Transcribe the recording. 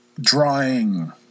drawing